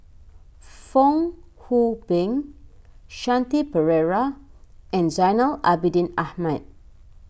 Fong Hoe Beng Shanti Pereira and Zainal Abidin Ahmad